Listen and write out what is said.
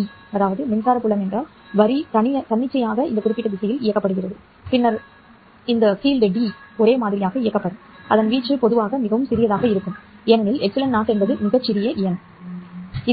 E எனவே மின்சார புலம் என்றால் வரி தன்னிச்சையாக இந்த குறிப்பிட்ட திசையில் இயக்கப்படுகிறது பின்னர் fieldD புலமும் ஒரே மாதிரியாக இயக்கப்படும் அதன் வீச்சு பொதுவாக மிகவும் சிறியதாக இருக்கும் ஏனெனில் ε 0 என்பது மிகச் சிறிய எண் சரி